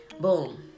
Boom